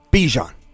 Bijan